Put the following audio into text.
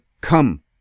come